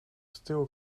stil